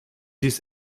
dies